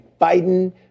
Biden